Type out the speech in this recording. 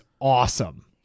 awesome